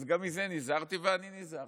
אז גם מזה נזהרתי ואני נזהר,